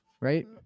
right